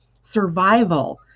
survival